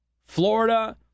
Florida